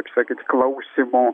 kaip sakyt klausymo